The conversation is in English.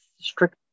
strict